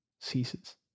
ceases